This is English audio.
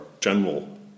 general